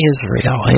Israel